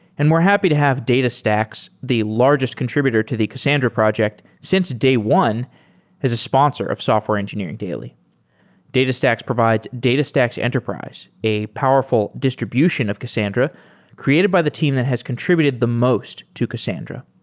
and we're happy to have datastax, the largest contributed to the cassandra project since day one as a sponsor of software engineering daily datastax provides datastax enterprise, a powerful distribution of cassandra created by the team that has contributed the most to cassandra.